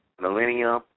millennium